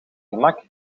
gemak